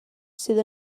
sydd